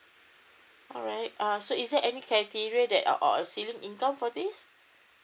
alright err so is there any criteria that uh or a ceiling income for this